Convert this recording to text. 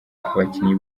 abakinnyi